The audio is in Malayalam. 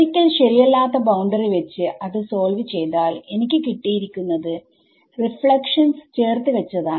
ഒരിക്കൽ ശരിയല്ലാത്ത ബൌണ്ടറി വെച്ച് അത് സോൾവ് ചെയ്താൽഎനിക്ക് കിട്ടിയിരിക്കുന്നത് റീഫ്ലക്ഷൻസ്ചേർത് വെച്ചതാണ്